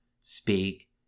speak